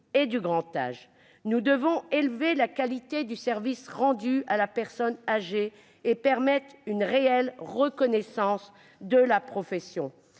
et du grand âge. Nous devons élever la qualité du service rendu à la personne âgée et permettre une réelle reconnaissance de la profession.